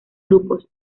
grupos